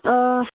آ